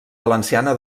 valenciana